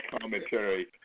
commentary